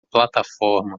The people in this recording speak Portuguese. plataforma